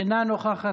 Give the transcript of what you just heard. אינה נוכחת,